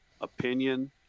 opinion